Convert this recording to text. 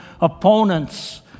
opponents